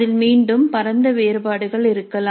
அதில் மீண்டும் பரந்த வேறுபாடுகள் இருக்கலாம்